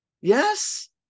Yes